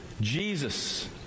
Jesus